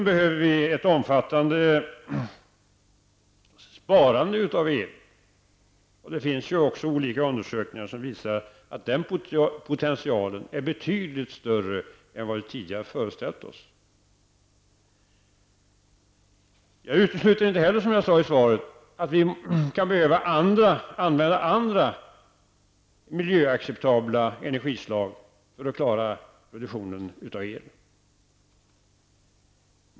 Vi behöver dessutom ett omfattande sparande av el. Det finns också olika undersökningar som visar att den potentialen är betydligt större än vad vi tidigare har föreställt oss. Jag utesluter inte heller, som jag sade i svaret, att vi kan behöva använda andra miljöacceptabla energislag för att klara produktionen av el.